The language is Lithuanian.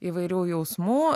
įvairių jausmų